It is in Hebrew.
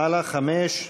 הלאה, 35?